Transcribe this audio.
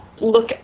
look